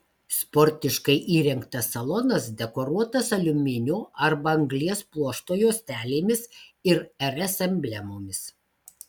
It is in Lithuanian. sportiškai įrengtas salonas dekoruotas aliuminio arba anglies pluošto juostelėmis ir rs emblemomis